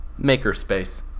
Makerspace